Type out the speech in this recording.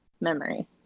memory